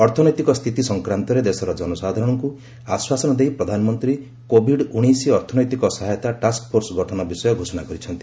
ଅର୍ଥନୈତିକ ସ୍ଥିତି ସଂକ୍ରାନ୍ତରେ ଦେଶର ଜନସାଧାରଣଙ୍କୁ ଆଶ୍ୱାସନା ଦେଇ ପ୍ରଧାନମନ୍ତ୍ରୀ କୋଭିଡ୍ ନାଇଷ୍ଟିନ୍ ଅର୍ଥନୈତିକ ସହାୟତା ଟାସ୍କଫୋର୍ସ ଗଠନ ବିଷୟ ଘୋଷଣା କରିଛନ୍ତି